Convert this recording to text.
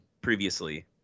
Previously